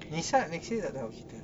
nisa next year tak tahu cerita